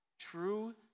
True